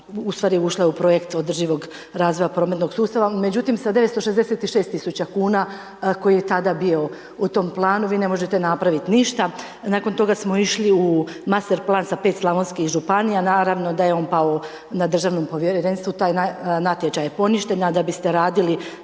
ustvari ušla je u projekt održivog razvoja prometnog sustava. Međutim sa 966 tisuća kuna koji je tada bio u tom planu, vi ne možete napraviti ništa. Nakon toga smo išli u master plan sa 5 slavonskih županija, naravno da je on pao na državnom povjerenstvu, taj natječaj je poništen. A da biste radili